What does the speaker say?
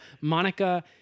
Monica